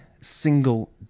single